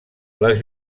les